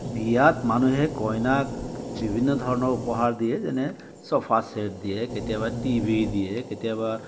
বিয়াত মানুহে কইনাক বিভিন্ন ধৰণৰ উপহাৰ দিয়ে যেনে ছোফা চেট দিয়ে কেতিয়াবা টি ভি দিয়ে কেতিয়াবা